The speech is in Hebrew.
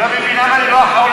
אני לא מבין למה אני לא אחרון